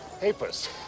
Papers